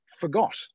forgot